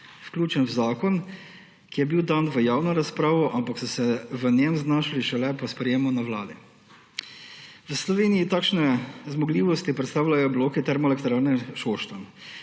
vključen v zakon, ki je bil dan v javno razpravo, ampak so se v njem znašli šele po sprejemu na vladi. V Sloveniji takšne zmogljivosti predstavljajo bloki Termoelektrarne Šoštanj.